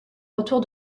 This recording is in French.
retour